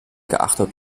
geachtet